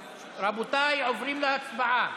ואתה יודע שאתה,